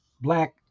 Black